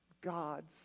gods